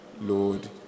Lord